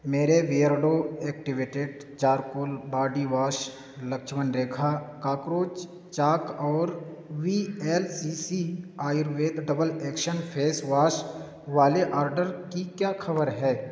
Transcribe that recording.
میرے Beardo activated charcoal body wash Lakshman Rekha cockroach chalk اور V L C C Ayurveda double action face wash والے order کی کیا خبر ہے